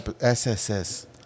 SSS